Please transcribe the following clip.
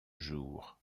jour